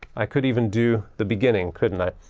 i could even do the beginning, couldn't i,